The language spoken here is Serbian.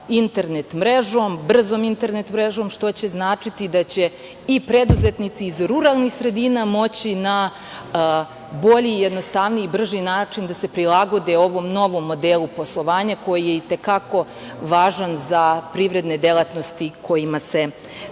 internet mrežom, brzom internet mrežom, što će značiti da će i preduzetnici iz ruralnih sredina moći na bolji, jednostavniji i brži način da se prilagode ovom novom modelu poslovanja koji je i te kako važan za privredne delatnosti kojima se